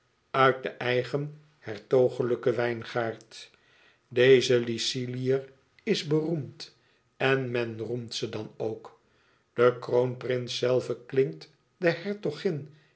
uit den eigen hertogelijken wijngaaad deze lyciliër is beroemd en men roemt ze dan ook de kroonprins zelve klinkt de hertogin